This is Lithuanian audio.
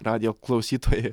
radijo klausytojai